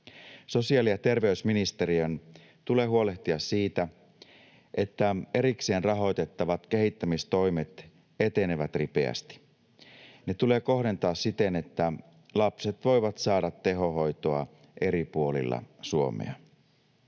Sosiaali- ja terveysministeriön tulee huolehtia siitä, että erikseen rahoitettavat kehittämistoimet etenevät ripeästi. Ne tulee kohdentaa siten, että lapset voivat saada tehohoitoa eri puolilla Suomea.